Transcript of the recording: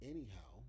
Anyhow